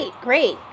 great